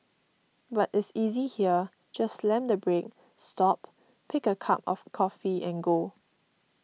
but is easy here just slam the brake stop pick a cup of coffee and go